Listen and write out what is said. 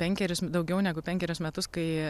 penkerius daugiau negu penkerius metus kai